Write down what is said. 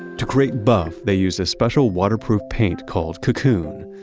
to create buff, they used a special waterproof paint called cocoon.